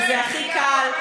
וזה הכי קל,